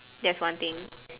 that's one thing